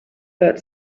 that